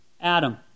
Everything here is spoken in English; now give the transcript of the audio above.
Adam